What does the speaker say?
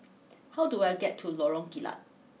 how do I get to Lorong Kilat